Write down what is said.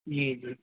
جی جی